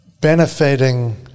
benefiting